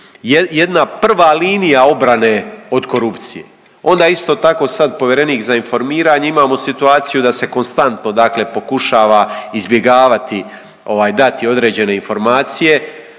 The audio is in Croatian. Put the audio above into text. jedna prva linija obrane od korupcije. Onda isto tako sad povjerenik za informiranje imamo situaciju da se konstantno, dakle pokušava izbjegavati, dati određene informacije